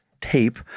tape